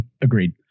agreed